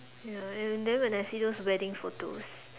ya and then when I see those wedding photos